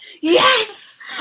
Yes